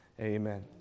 Amen